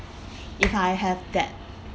if I have that